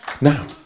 Now